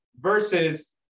Versus